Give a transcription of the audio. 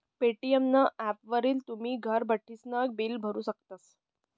Paytm ना ॲपवरी तुमी घर बठीसन बिल भरू शकतस